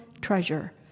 treasure